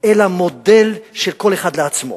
אלא מודל של כל אחד לעצמו,